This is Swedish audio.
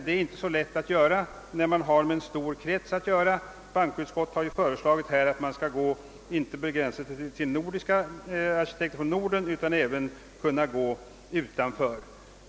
Detta är emellertid inte så lätt, när arkitektkretsen är så stor — bankoutskottet har föreslagit att man inte skall begränsa sig till arkitekter från Norden utan även kunna sträcka sig till arkitekter utanför.